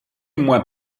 moins